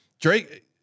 Drake